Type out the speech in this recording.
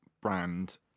brand